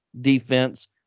defense